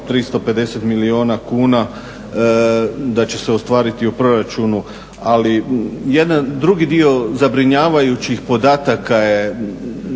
350 milijuna kuna da će se ostvariti u proračunu. Ali jedan drugi dio zabrinjavajućih podataka je,